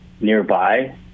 nearby